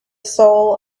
soul